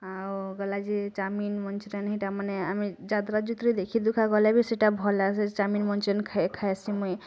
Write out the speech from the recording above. ଆଉ ଗଲା ଯେ ଚାଉମିନ୍ ମଞ୍ଚୁରିୟାନ୍ ହେଇଟାମାନେ ଆମେ ଯାତ୍ରା ଯୁତ୍ରୀ ଦେଖି ଦୁଖା ଗଲେ ବି ସେଇଟା ଭଲ ଲାଗ୍ସି ଚାଉମିନ୍ ମଞ୍ଚୁରିୟାନ୍ ଖାଇସି ମୁଇ